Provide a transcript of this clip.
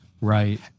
Right